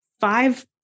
five